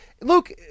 Luke